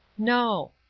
no.